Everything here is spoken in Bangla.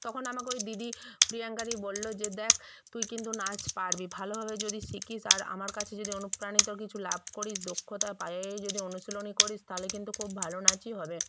তখন আমাকে ওই দিদি প্রিয়াঙ্কাদি বললো যে দেখ তুই কিন্তু নাচ পারবি ভালোভাবে যদি শিখিস আর আমার কাছে যদি অনুপ্রাণিতর কিছু লাভ করিস দক্ষতার পায়েই যদি অনুশীলনী করিস তাহলে কিন্তু খুব ভালো নাচই হবে